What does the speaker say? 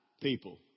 people